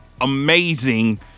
amazing